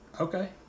okay